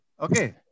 Okay